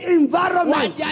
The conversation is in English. environment